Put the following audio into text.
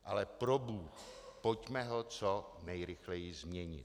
Ale probůh, pojďme ho co nejrychleji změnit.